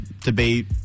debate